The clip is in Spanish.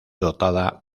dotada